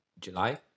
July